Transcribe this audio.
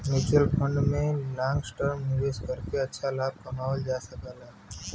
mutual fund में long term निवेश करके अच्छा लाभ बनावल जा सकला